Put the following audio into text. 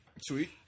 Sweet